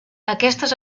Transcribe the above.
aquestes